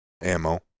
ammo